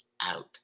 out